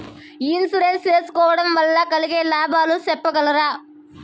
Insurance సేసుకోవడం వల్ల కలిగే లాభాలు సెప్పగలరా?